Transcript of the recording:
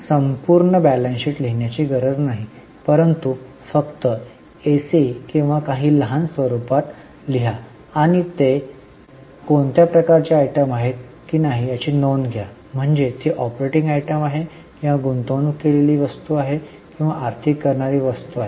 आपल्याला संपूर्ण ताळेबंद लिहिण्याची गरज नाही परंतु फक्त एसी किंवा काही लहान स्वरूपात लिहा आणि ते कोणत्या प्रकारचे आयटम आहे की नाही याची नोंद घ्या म्हणजे ती ऑपरेटिंग आयटम आहे किंवा गुंतवणूक केलेली वस्तू किंवा आर्थिक करणारी वस्तू आहे